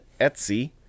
Etsy